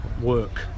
work